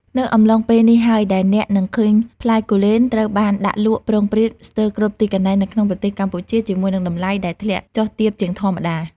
នៅអំឡុងពេលនេះហើយដែលអ្នកនឹងឃើញផ្លែគូលែនត្រូវបានដាក់លក់ព្រោងព្រាតស្ទើរគ្រប់ទីកន្លែងនៅក្នុងប្រទេសកម្ពុជា ជាមួយនឹងតម្លៃដែលធ្លាក់ចុះទាបជាងធម្មតា។